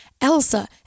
Elsa